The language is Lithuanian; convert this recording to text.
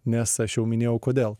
nes aš jau minėjau kodėl